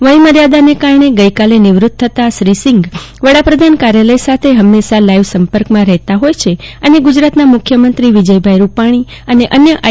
વય મર્યાદાને કારણે ગઈકાલે નિવૃત થતા શ્રી સિંઘ વડાપ્રધાન કાર્યાલય સાથે હમેશ લાઈવ સંપર્કમાં રહેતા હોય છે અને ગુજરાતના મુખ્યમંત્રી વિજય રૂપાણી અને અન્ય આઈ